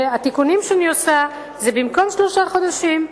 התיקונים שאני עושה זה במקום שלושה חודשים,